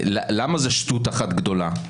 למה זאת שטות אחת גדולה?